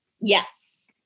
Yes